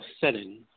setting